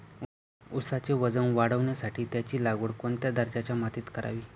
ऊसाचे वजन वाढवण्यासाठी त्याची लागवड कोणत्या दर्जाच्या मातीत करावी?